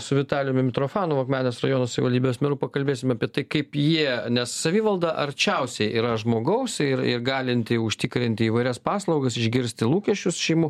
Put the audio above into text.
su vitalijumi mitrofanovu akmenės rajono savivaldybės meru pakalbėsim apie tai kaip jie nes savivalda arčiausiai yra žmogaus ir galinti užtikrinti įvairias paslaugas išgirsti lūkesčius šeimų